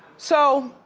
so